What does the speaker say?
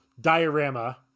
diorama